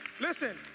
Listen